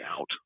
out